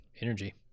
energy